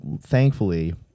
thankfully